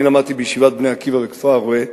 אני למדתי בישיבת "בני עקיבא" בכפר-הרא"ה,